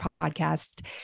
podcast